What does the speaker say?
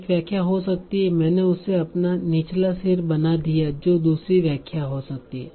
एक व्याख्या हो सकती है मैंने उसे अपना निचला सिर बना दिया जो दूसरी व्याख्या हो सकती है